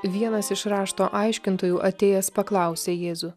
vienas iš rašto aiškintojų atėjęs paklausė jėzų